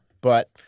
but-